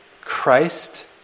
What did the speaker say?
Christ